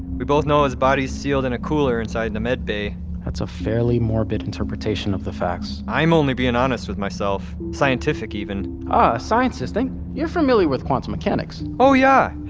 we both know his body's sealed in a cooler inside the med bay that's a fairly morbid interpretation of the facts i'm only being honest with myself. scientific even ah, a scientist, then you're familiar with quantum mechanics oh yeah,